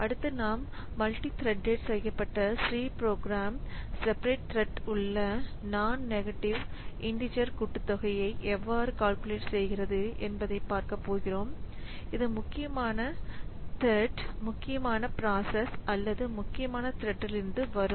அடுத்து நாம் மல்டித்ரெட் செய்யப்பட்ட C ப்ரோக்ராம் செபரட் த்ரட் உள்ள non நெகட்டிவ் இண்டீஜர் கூட்டுத்தொகையை எவ்வாறு கால்குலேட் செய்கிறது என்பதை பார்க்க போகிறோம் இது முக்கியமான த்ரெட் முக்கியமான பிராசஸ் அல்லது முக்கியமான த்ரெட்லிருந்து வரும்